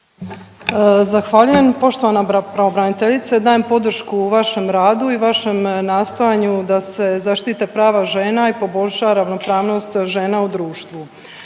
Zahvaljujem. Poštovana pravobraniteljice dajem podršku vašem radu i vašem nastojanju da se zaštite prava žena i poboljša ravnopravnost žena u društvu.